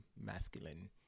masculine